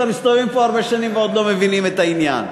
כבר מסתובבים פה הרבה שנים ועוד לא מבינים את העניין.